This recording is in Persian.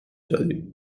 دادیم